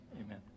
Amen